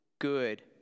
good